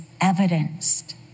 evidenced